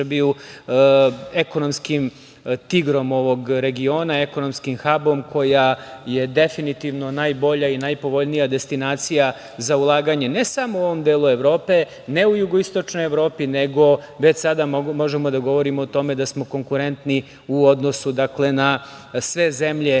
Srbiju ekonomskim tigrom ovog regiona, ekonomskim habom, koja je definitivno najbolja i najpovoljnija destinacija za ulaganje ne samo u ovom delu Evrope, ne u jugoistočnoj Evropi, nego već sada možemo da govorimo o tome da smo konkurentni u odnosu na sve zemlje